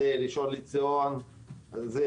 ראשון לציון,